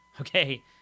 Okay